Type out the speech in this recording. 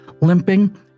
limping